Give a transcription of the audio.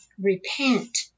repent